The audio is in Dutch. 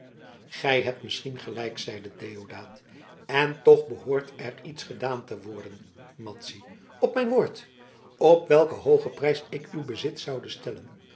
gij hebt misschien gelijk zeide deodaat en toch behoort er iets gedaan te worden madzy op mijn woord op welken hoogen prijs ik uw bezit zoude stellen